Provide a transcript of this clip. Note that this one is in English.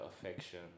affection